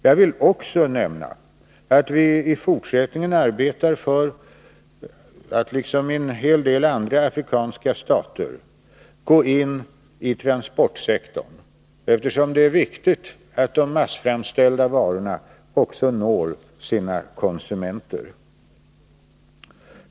Jag vill också nämna att vi i fortsättningen arbetar för att i Tanzania — liksom i en hel del andra afrikanska stater — gå in på transportsektorn, eftersom det är viktigt att de massframställda varorna också når sina konsumenter.